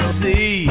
see